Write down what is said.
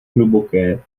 hluboké